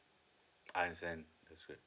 understand that's good